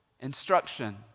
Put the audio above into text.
Instruction